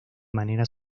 manera